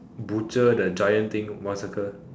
butcher the giant thing one circle